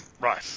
Right